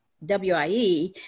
WIE